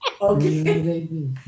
Okay